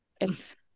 it's-